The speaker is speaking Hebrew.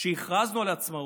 שהכרזנו על עצמאות,